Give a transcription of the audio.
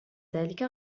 ذلك